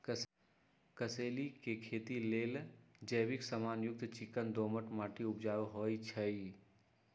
कसेलि के खेती लेल जैविक समान युक्त चिक्कन दोमट माटी उपजाऊ होइ छइ